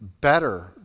better